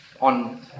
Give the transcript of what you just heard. on